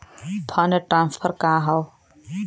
Fund transfer का हव?